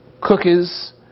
cookies